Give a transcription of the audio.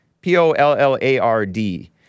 P-O-L-L-A-R-D